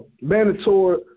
mandatory